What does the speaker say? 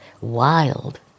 wild